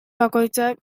bakoitzak